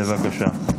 בבקשה.